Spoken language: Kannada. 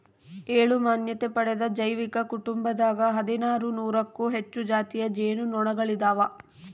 ಏಳು ಮಾನ್ಯತೆ ಪಡೆದ ಜೈವಿಕ ಕುಟುಂಬದಾಗ ಹದಿನಾರು ನೂರಕ್ಕೂ ಹೆಚ್ಚು ಜಾತಿಯ ಜೇನು ನೊಣಗಳಿದಾವ